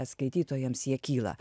skaitytojams jie kyla